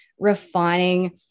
refining